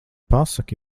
pasaki